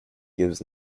gives